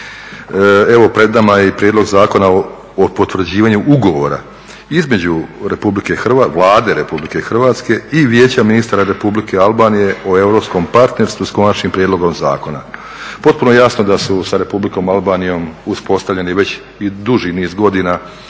Evo pred nama je i Prijedlog zakona o potvrđivanju Ugovora između Vlade RH i Vijeća ministara Republike Albanije o europskom partnerstvu s konačnim prijedlogom zakona. Potpuno je jasno da su sa Republikom Albanijom uspostavljeni već i duži niz godina